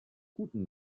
guten